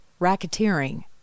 racketeering